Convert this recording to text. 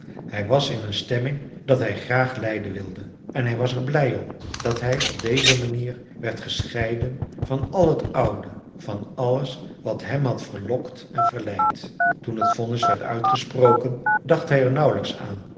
hij was in een stemming dat hij graag lijden wilde en hij was er blij om dat hij op deze manier werd gescheiden van al het oude van alles wat hem had verlokt en verleid toen het vonnis werd uitgesproken dacht hij er nauwelijks aan